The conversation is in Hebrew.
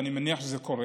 ואני מניח שזה קורה,